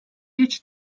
hiç